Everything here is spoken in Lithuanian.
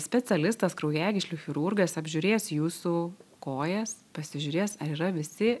specialistas kraujagyslių chirurgas apžiūrės jūsų kojas pasižiūrės ar yra visi